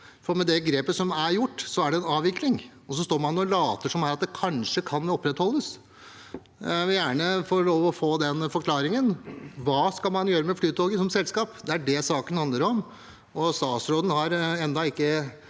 er. Med det grepet som er tatt, er det en avvikling, og så står man her og later som om det kanskje kan opprettholdes. Jeg vil gjerne få en forklaring. Hva skal man gjøre med Flytoget som selskap? Det er det saken handler om. Statsråden har ennå ikke